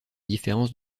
différence